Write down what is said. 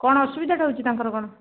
କ'ଣ ଅସୁବିଧାଟା ହେଉଛି ତାଙ୍କର କ'ଣ